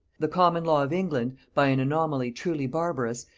the common law of england, by an anomaly truly barbarous,